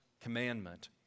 commandment